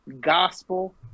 gospel